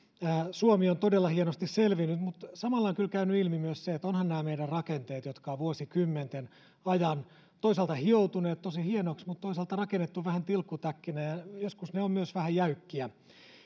suomi on todella hienosti selvinnyt mutta samalla on kyllä käynyt ilmi myös se että ovathan nämä meidän rakenteemme jotka vuosikymmenten ajan toisaalta ovat hioutuneet tosi hienoiksi mutta toisaalta on rakennettu vähän tilkkutäkkinä joskus myös vähän jäykkiä